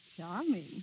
Charming